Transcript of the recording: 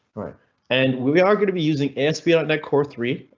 right and we we are going to be using asp yeah dot net core three.